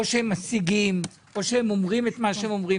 או שהם משיגים, או שהם אומרים את מה שהם אומרים.